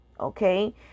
okay